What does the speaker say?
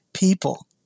People